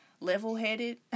level-headed